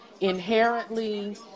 inherently